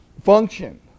function